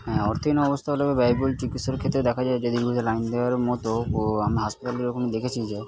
হ্যাঁ অর্থহীন অবস্থা হলেো ব্যয়বহুল চিকিৎসার ক্ষেত্রে দেখা যায় যে লাইন দেওয়ার মতোও বহু আমার হাসপাতালের ওখানে দেখেছি যে